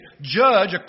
judge